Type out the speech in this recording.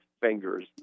fingers